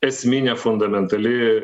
esminė fundamentali